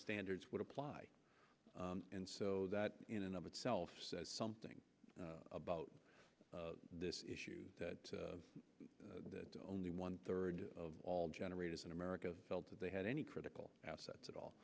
standards would apply and so that in and of itself says something about this issue that only one third of all generators in america felt that they had any critical assets at all